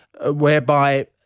whereby